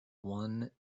one